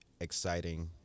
exciting